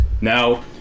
Now